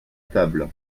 table